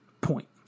point